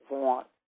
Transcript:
want